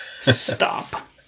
Stop